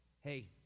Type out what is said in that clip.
hey